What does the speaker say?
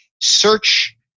search